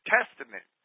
Testament